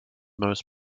most